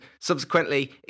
subsequently